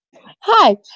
Hi